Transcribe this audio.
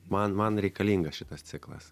man man reikalingas šitas ciklas